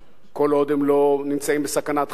כל עוד הם לא נמצאים בסכנת חיים,